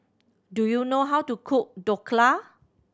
do you know how to cook Dhokla